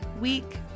week